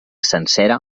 sencera